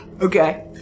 Okay